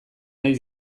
nahi